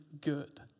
good